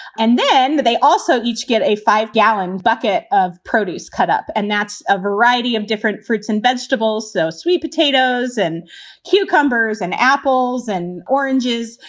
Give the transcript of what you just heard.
and then they also each get a five gallon bucket of produce cut up. and that's a variety of different fruits and vegetables. so sweet potatoes and cucumbers and apples and oranges,